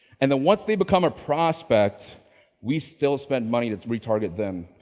and then once they become a prospect we still spend money to retarget them,